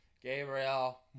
Gabriel